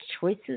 choices